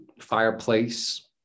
fireplace